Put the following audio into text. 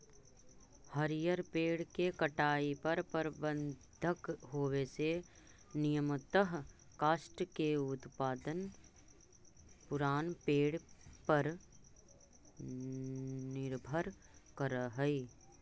हरिअर पेड़ के कटाई पर प्रतिबन्ध होवे से नियमतः काष्ठ के उत्पादन पुरान पेड़ पर निर्भर करऽ हई